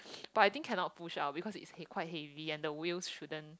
but I think cannot push out because it's quite heavy and the wheels shouldn't